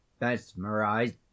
mesmerized